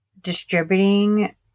distributing